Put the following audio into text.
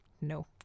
no